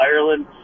Ireland